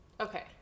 okay